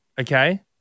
Okay